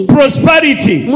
prosperity